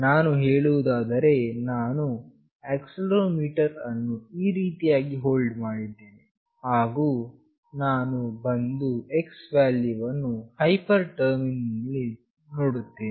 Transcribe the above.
ನಾವು ಹೇಳುವುದಾದರೆ ನಾನು ಆಕ್ಸೆಲೆರೋಮೀಟರ್ ಅನ್ನು ಈ ರೀತಿಯಾಗಿ ಹೋಲ್ಡ್ ಮಾಡಿದ್ದೇನೆ ಹಾಗು ನಾನು ಬಂದು x ನ ವ್ಯಾಲ್ಯೂವನ್ನು ಹೈಪರ್ ಟರ್ಮಿನಲ್ ನಲ್ಲಿ ನೋಡುತ್ತೇನೆ